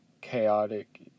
chaotic